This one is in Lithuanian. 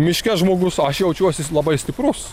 miške žmogus aš jaučiuosis labai stiprus